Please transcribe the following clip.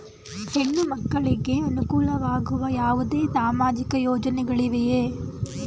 ಹೆಣ್ಣು ಮಕ್ಕಳಿಗೆ ಅನುಕೂಲವಾಗುವ ಯಾವುದೇ ಸಾಮಾಜಿಕ ಯೋಜನೆಗಳಿವೆಯೇ?